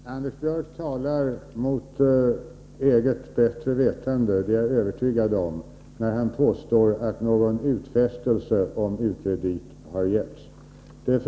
Fru talman! Anders Björck talar mot eget bättre vetande — det är jag övertygad om — när han påstår att någon utfästelse om u-krediter har getts.